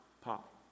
pop